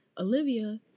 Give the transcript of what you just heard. olivia